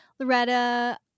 Loretta